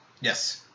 Yes